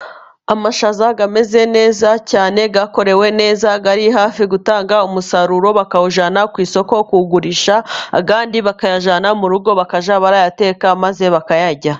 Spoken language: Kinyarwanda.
Amashaza ameze neza cyane yakorewe neza ari hafi gutanga umusaruro bakawujyana ku isoko kuwugurisha, ayandi bakayajyana mu rugo bakajya bayateka maze bakayarya.